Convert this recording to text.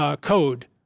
code